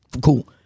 Cool